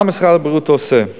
מה משרד הבריאות עושה?